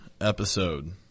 episode